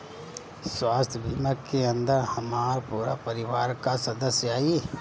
स्वास्थ्य बीमा के अंदर हमार पूरा परिवार का सदस्य आई?